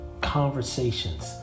conversations